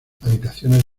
habitaciones